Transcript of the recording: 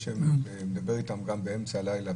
מדברים איתם גם באמצע הלילה,